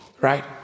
right